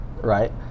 Right